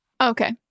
Okay